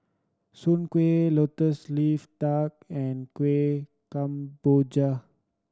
Soon Kueh Lotus Leaf Duck and Kueh Kemboja